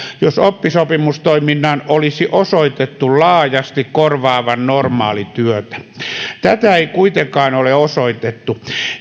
jos oppisopimustoiminnan olisi osoitettu laajasti korvaavan normaalityötä tätä ei kuitenkaan ole osoitettu